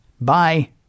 Bye